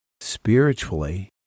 spiritually